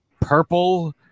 purple